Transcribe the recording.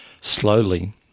slowly